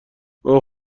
اوه